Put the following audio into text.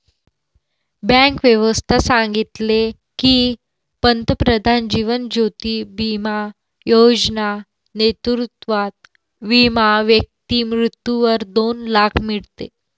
bank व्यवस्था सांगितले की, पंतप्रधान जीवन ज्योती बिमा योजना नेतृत्वात विमा व्यक्ती मृत्यूवर दोन लाख मीडते